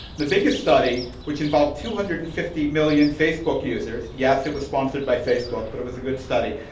the biggest study which involved two hundred and fifty million facebook users, yes, it was sponsored by facebook, but it was a good study,